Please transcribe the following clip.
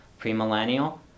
premillennial